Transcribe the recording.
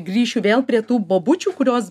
grįšiu vėl prie tų bobučių kurios